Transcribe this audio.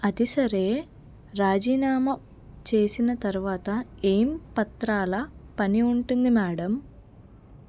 అది సరే రాజీనామా చేసిన తరువాత ఏం పత్రాల పని ఉంటుంది మేడం